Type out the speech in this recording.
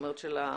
נכון?